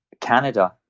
Canada